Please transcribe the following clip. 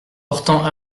portant